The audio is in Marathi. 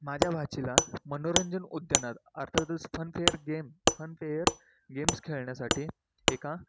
माझ्या भाचीला मनोरंजन उद्यानात अर्थातच फनफेअर गेम फनफेअर गेम्स खेळण्यासाठी एका